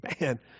Man